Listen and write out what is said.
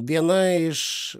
viena iš